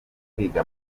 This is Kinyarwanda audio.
kwiga